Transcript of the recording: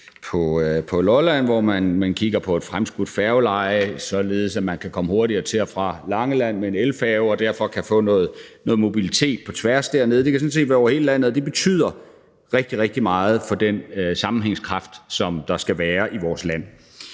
på Lolland, hvor man kigger på et fremskudt færgeleje, således at man kan komme hurtigere til og fra Langeland med en elfærge og derfor kan få noget mobilitet på tværs dernede. Det kan sådan set være over hele landet, og det betyder rigtig, rigtig meget for den sammenhængskraft, der skal være i vores land.